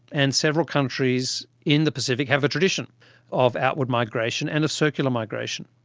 and several countries in the pacific have a tradition of outward migration and a circular migration.